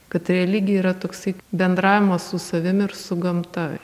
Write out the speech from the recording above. kad religija yra toksai bendravimas su savim ir su gamta